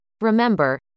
remember